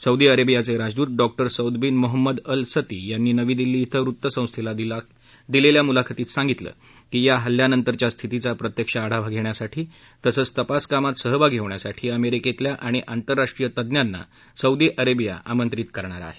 Saudi अरेबियाचे राजदूत डॉ सौदबिन मोहम्मद अल सती यांनी नवी दिल्ली इथं वृत्तसंस्थेला दिलेल्या मुलाखतीत सांगितलं की हल्ल्यानंतरच्या स्थितीचा प्रत्यक्ष आढावा घेण्यासाठी तसंच तपासकामात सहभागी होण्यासाठी अमेरिकेतल्या आणि आंतरराष्ट्रीय तज्ञांना सौदी अरेबिया आमंत्रित करणार आहे